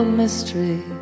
mystery